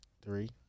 Three